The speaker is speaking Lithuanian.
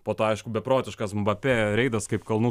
po to aišku beprotiškas mbapė reidas kaip kalnų